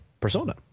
Persona